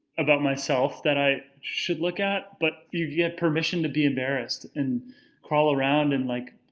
about myself that i should look at. but you get permission to be embarrassed, and crawl around, and like,